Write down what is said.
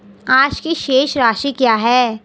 आज की शेष राशि क्या है?